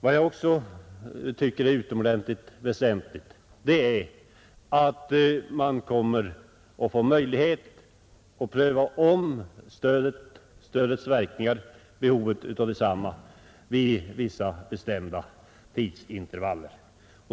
Vad jag också tycker är utomordentligt väsentligt är att man vid vissa bestämda tidsintervaller kommer att få möjlighet att ompröva behovet av stödet.